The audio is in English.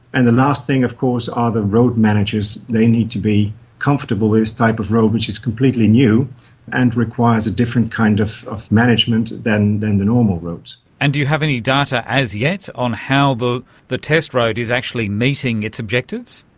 and the last thing of course are the road managers, they need to be comfortable with this type of road which is completely new and requires a different kind of of management than the and the normal roads. and do you have any data as yet on how the the test road is actually meeting its objectives?